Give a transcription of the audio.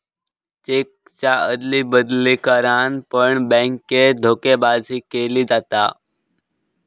चेकच्या अदली बदली करान पण बॅन्केत धोकेबाजी केली जाता